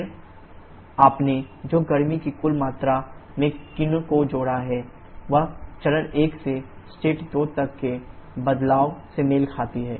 फिर आपने जो गर्मी की कुल मात्रा में किन को जोड़ा है वह चरण 1 से स्टेट 2 तक के बदलाव से मेल खाती है